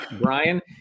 Brian